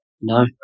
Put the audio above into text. No